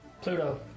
Pluto